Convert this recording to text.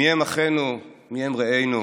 מיהם אחינו, מיהם רעינו,